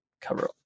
cover